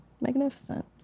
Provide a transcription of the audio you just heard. magnificent